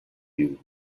you